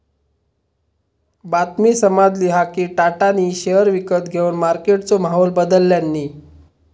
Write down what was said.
बातमी समाजली हा कि टाटानी शेयर विकत घेवन मार्केटचो माहोल बदलल्यांनी